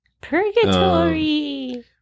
Purgatory